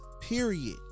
period